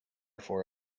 for